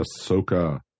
Ahsoka